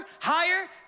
higher